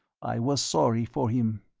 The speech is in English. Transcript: i was sorry for him.